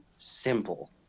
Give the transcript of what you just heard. simple